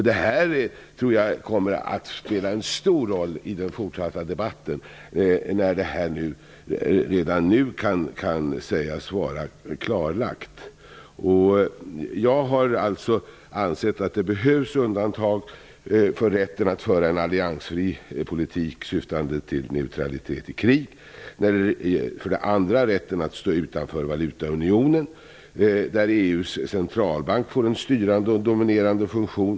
Det kommer att spela en stor roll i den fortsatta debatten när detta redan nu kan sägas vara klarlagt. Jag anser alltså att det behövs undantag. För det första behövs det undantag vad gäller rätten att föra en alliansfri politik syftande till neutralitet i krig. För det andra behövs det undantag för rätten att stå utanför valutaunionen, där EU:s centralbank får en styrande och dominerande funktion.